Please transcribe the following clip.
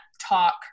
talk